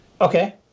Okay